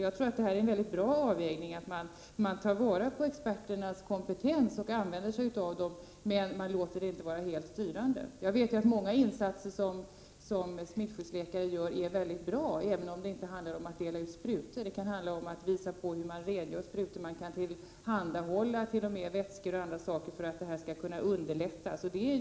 Jag tror att det är en bra avvägning att man tar vara på experternas kompetens och använder sig av den men inte låter experterna vara helt styrande. Många insatser som smittskyddsläkare gör är mycket bra, även om det inte handlar om att dela ut sprutor. Det kan handla om att visa hur man rengör sprutor. Man kan t.o.m. tillhandahålla vätskor för att underlätta rengöring.